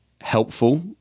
helpful